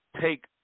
take